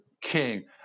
king